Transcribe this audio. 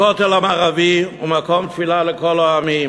הכותל המערבי הוא מקום תפילה לכל העמים,